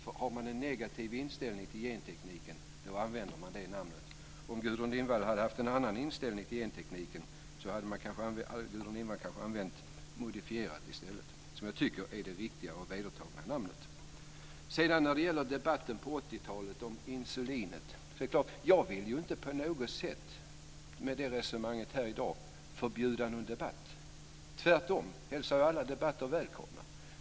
Om man har en negativ inställning till gentekniken använder man det ordet. Om Gudrun Lindvall hade haft en annan inställning till gentekniken hade hon kanske använt modifierad i stället, som jag tycker är det riktiga och vedertagna ordet. Sedan gällde det debatten om insulinet på 80-talet. Jag vill inte på något sätt med resonemanget här i dag förbjuda någon debatt. Jag hälsar tvärtom alla debatter välkomna.